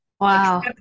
Wow